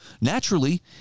Naturally